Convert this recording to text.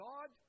God